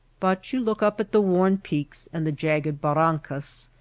but you look up at the worn peaks and the jagged bar rancas,